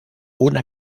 una